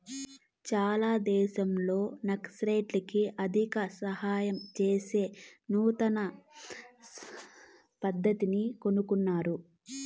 చాలా దేశాల్లో నక్సలైట్లకి ఆర్థిక సాయం చేసే నూతన పద్దతిని కనుగొన్నారు